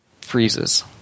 freezes